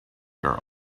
girl